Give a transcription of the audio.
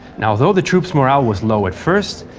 and although the troops' morale was low at first,